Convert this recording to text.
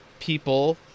people